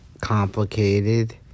complicated